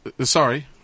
Sorry